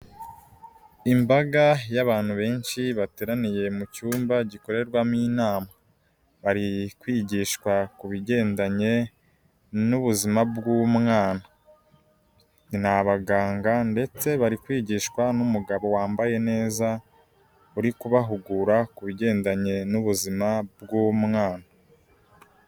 Imbaga y'abantu benshi bateraniye mu cyumba gikorerwamo inama, bari kwigishwa ku bigendanye n'ubuzima bw'umwana, ni abaganga ndetse bari kwigishwa n'umugabo wambaye neza, uri kubahugura ku bigendanye n'ubuzima bw'umwana.